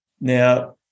Now